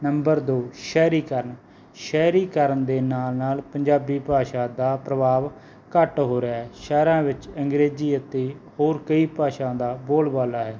number ਦੋ ਸ਼ਹਿਰੀਕਰਨ ਸ਼ਹਿਰੀਕਰਨ ਦੇ ਨਾਲ ਨਾਲ ਪੰਜਾਬੀ ਭਾਸ਼ਾ ਦਾ ਪ੍ਰਭਾਵ ਘੱਟ ਹੋ ਰਿਹਾ ਹੈ ਸ਼ਹਿਰਾਂ ਵਿੱਚ ਅੰਗਰੇਜ਼ੀ ਅਤੇ ਹੋਰ ਕਈ ਭਾਸ਼ਾ ਦਾ ਬੋਲਬਾਲਾ ਹੈ